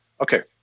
okay